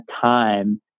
time